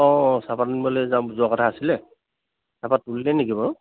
অঁ অঁ চাহপাত আনিবলৈ যাম যোৱা কথা আছিলে চাহপাত তুলিলে নেকি বাৰু